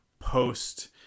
post-